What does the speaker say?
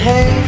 Hey